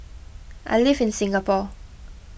I live in Singapore